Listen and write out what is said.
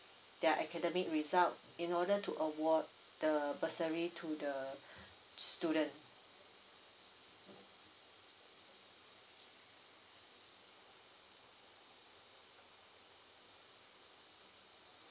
their academic result in order to award the bursary to the student